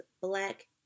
Black